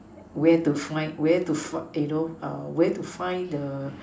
where to find where to find you know err where to find the